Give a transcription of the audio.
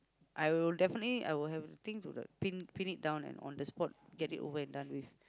I will definitely I will have thing to like pin pin it down on the spot get it over and done with